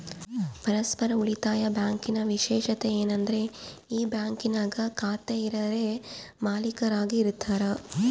ಪರಸ್ಪರ ಉಳಿತಾಯ ಬ್ಯಾಂಕಿನ ವಿಶೇಷತೆ ಏನಂದ್ರ ಈ ಬ್ಯಾಂಕಿನಾಗ ಖಾತೆ ಇರರೇ ಮಾಲೀಕರಾಗಿ ಇರತಾರ